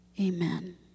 Amen